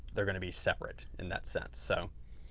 they're going to be separate in that sense. so,